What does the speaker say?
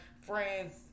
friends